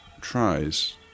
tries